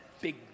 big